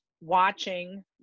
watching